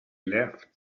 left